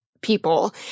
people